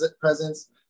presence